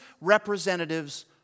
representatives